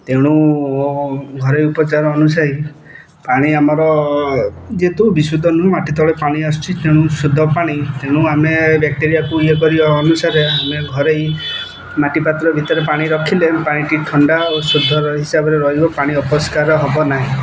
ତେଣୁ ଘରେ ଉପଚାର ଅନୁସାୟୀ ପାଣି ଆମର ଯେହେତୁ ବିଶୁଦ୍ଧ ନୁହେଁ ମାଟି ତଳେ ପାଣି ଆସୁଛି ତେଣୁ ଶୁଦ୍ଧ ପାଣି ତେଣୁ ଆମେ ବ୍ୟାକ୍ଟେରିଆକୁ ଇଏ କରିବା ଅନୁସାରେ ଆମେ ଘରେ ମାଟି ପାତ୍ର ଭିତରେ ପାଣି ରଖିଲେ ପାଣିଟି ଥଣ୍ଡା ଓ ଶୁଦ୍ଧ ହିସାବରେ ରହିବ ପାଣି ଅପରିସ୍କାର ହବ ନାହିଁ